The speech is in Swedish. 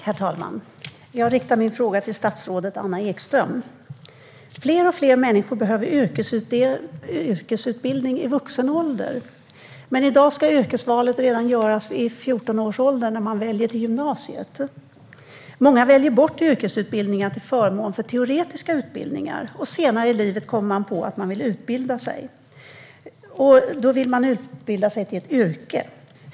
Herr talman! Jag riktar min fråga till statsrådet Anna Ekström. Fler och fler människor behöver yrkesutbildning i vuxen ålder. Men i dag ska yrkesvalet göras redan i 14-årsåldern, när man väljer till gymnasiet. Många väljer bort yrkesutbildningar till förmån för teoretiska utbildningar. Senare i livet kommer man på att man vill utbilda sig till ett yrke.